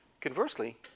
Conversely